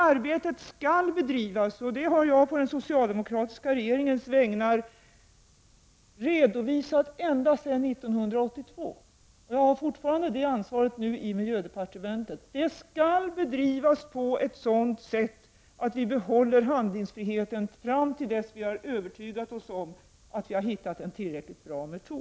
Arbetet skall bedrivas på ett sådant sätt att handlingsfriheten behålls fram till dess vi är övertygade om att vi har hittat en tillräckligt bra metod. Detta har jag på den socialdemokratiska regeringens vägnar framhållit ända sedan 1982. Det är fortfarande jag som har detta ansvar inom miljödepartementet.